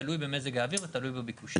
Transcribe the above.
תלוי במזג האוויר ותלוי בביקושים.